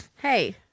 Hey